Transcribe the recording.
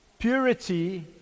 Purity